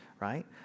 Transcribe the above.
right